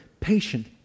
Patient